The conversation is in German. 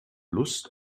lust